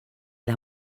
las